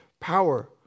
power